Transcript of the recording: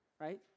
right